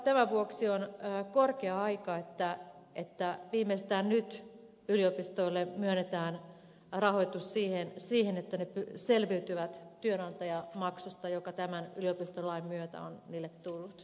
tämän vuoksi on korkea aika että viimeistään nyt yliopistoille myönnetään rahoitus siihen että ne selviytyvät työnantajamaksusta joka tämän yliopistolain myötä on niille tullut